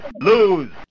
lose